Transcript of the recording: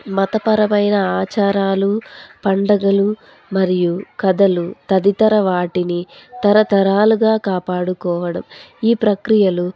మతపరమైన ఆచారాలు పండగలు మరియు కథలు తదితర వాటిని తరతరాలుగా కాపాడుకోవడం ఈ ప్రక్రియలు